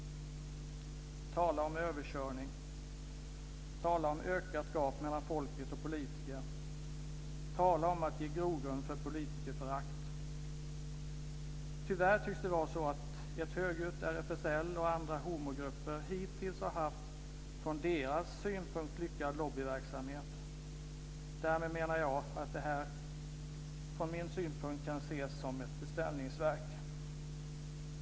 Tala om överkörning! Tala om att öka gapet mellan folket och politiker! Tala om att ge grogrund för politikerförakt! Tyvärr tycks det vara så att ett högljutt RFSL och andra homogrupper hittills har haft från deras synpunkt lyckad lobbyverksamhet. Därmed menar jag att detta från min synpunkt kan ses som ett beställningsverk.